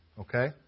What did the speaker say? okay